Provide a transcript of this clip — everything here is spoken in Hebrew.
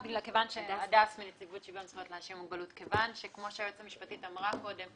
כיוון שכמו שהיועצת המשפטית אמרה קודם,